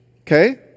Okay